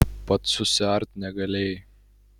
pats susiart negalėjai